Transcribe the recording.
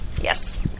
Yes